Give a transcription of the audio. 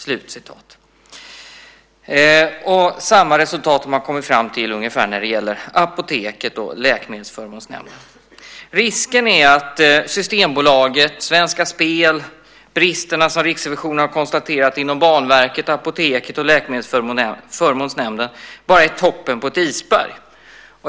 Man har kommit fram till ungefär samma resultat när det gäller Apoteket och Läkemedelsförmånsnämnden. Risken är att Systembolaget, Svenska spel, de brister som Riksrevisionen har konstaterat inom Banverket, Apoteket och Läkemedelsförmånsnämnden bara är toppen på ett isberg.